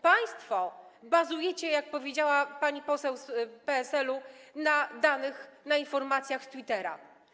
Państwo bazujecie, jak powiedziała pani poseł z PSL-u, na danych, na informacjach z Twittera.